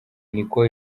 niko